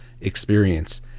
experience